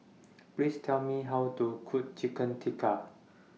Please Tell Me How to Cook Chicken Tikka